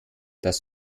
das